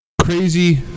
Crazy